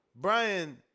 Brian